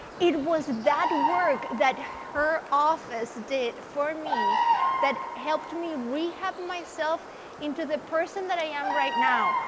it was that work that her office did for me that helped me rehab myself into the person that i am right now.